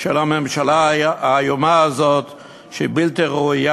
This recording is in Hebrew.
של הממשלה האיומה הזאת שהיא בלתי ראויה.